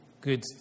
good